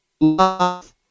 love